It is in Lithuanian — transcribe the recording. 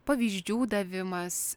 pavyzdžių davimas